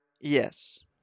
Yes